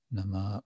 Nama